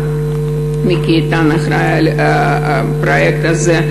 מיקי איתן אחראי לפרויקט הזה,